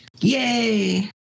Yay